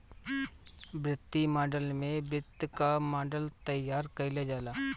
वित्तीय मॉडल में वित्त कअ मॉडल तइयार कईल जाला